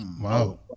wow